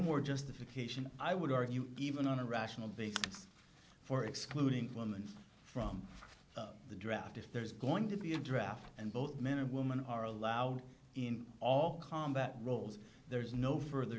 more justification i would argue even on a rational basis for excluding women from the draft if there is going to be a draft and both men and women are allowed in all combat roles there is no further